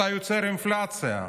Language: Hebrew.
אתה יוצר אינפלציה.